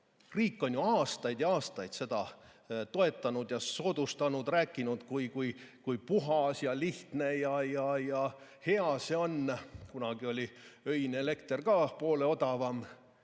Riik on ju aastaid ja aastaid seda toetanud ja soodustanud, rääkinud, kui puhas ja lihtne ja hea see on. Kunagi oli öine elekter ka poole odavam,